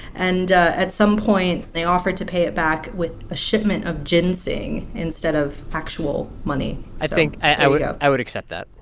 and at some point, they offered to pay it back with a shipment of ginseng instead of actual money i think i would yeah i would accept that.